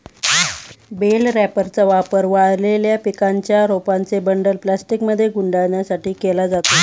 bell रॅपरचा वापर वाळलेल्या पिकांच्या रोपांचे बंडल प्लास्टिकमध्ये गुंडाळण्यासाठी केला जातो